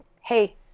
hey